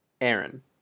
Aaron